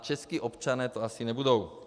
Čeští občané to asi nebudou.